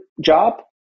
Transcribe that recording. job